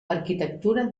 arquitectura